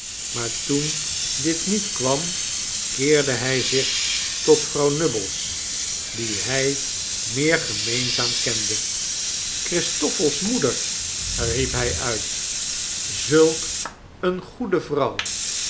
maar toen dit niet kwam keerde hij zich tot vrouw nubbles die hij meer gemeenzaam kende christoffel's moeder riep hij uit zulk eene goede vrouw